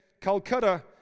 Calcutta